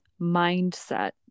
mindset